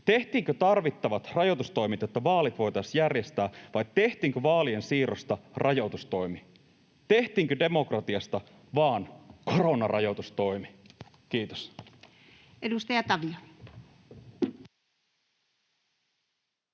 Tehtiinkö tarvittavat rajoitustoimet, jotta vaalit voitaisiin järjestää, vai tehtiinkö vaalien siirrosta rajoitustoimi? Tehtiinkö demokratiasta vain koronarajoitustoimi? — Kiitos. [Speech 200]